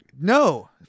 No